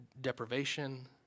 deprivation